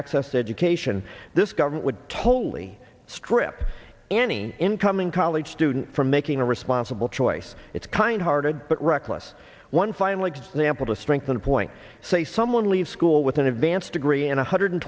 access to education this government would totally strip any incoming college student from making a responsible choice it's kind hearted but reckless one final example to strengthen a point say someone leaves school with an advanced degree and one hundred